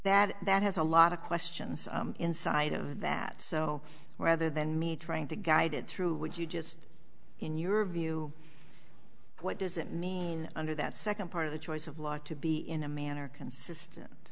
that that has a lot of questions inside of that so rather than me trying to guide it through would you just in your view what does it mean under that second part of the choice of law to be in a manner consistent